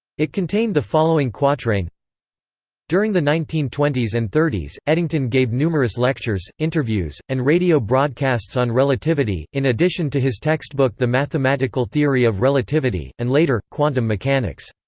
it contained the following quatrain during the nineteen twenty s and thirty s, eddington gave numerous lectures, interviews, and radio broadcasts on relativity, in addition to his textbook the mathematical theory of relativity, and later, quantum mechanics.